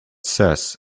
says